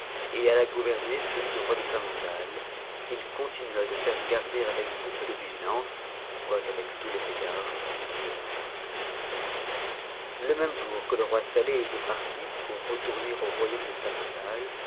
et ath gouverner celui du roi de samandal qu'il continua de faire garder avec beaucoup de vigilance quoique avec tous les égards dus à son caractère le même jour que le roi saleh était parti pour retourner au royaume de samandal